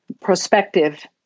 prospective